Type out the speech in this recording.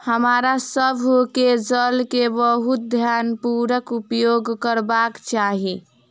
हमरा सभ के जल के बहुत ध्यानपूर्वक उपयोग करबाक चाही